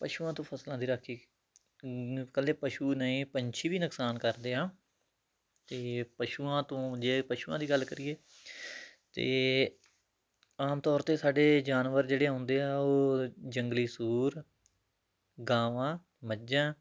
ਪਸ਼ੂਆਂ ਤੋਂ ਫਸਲਾਂ ਦੀ ਰਾਖੀ ਕੱਲੇ ਪਸ਼ੂ ਨਹੀਂ ਪੰਛੀ ਵੀ ਨੁਕਸਾਨ ਕਰਦੇ ਆ ਅਤੇ ਪਸ਼ੂਆਂ ਤੋਂ ਜੇ ਪਸ਼ੂਆਂ ਦੀ ਗੱਲ ਕਰੀਏ ਤਾਂ ਆਮ ਤੌਰ 'ਤੇ ਸਾਡੇ ਜਾਨਵਰ ਜਿਹੜੇ ਆਉਂਦੇ ਆ ਉਹ ਜੰਗਲੀ ਸੂਰ ਗਾਵਾਂ ਮੱਝਾਂ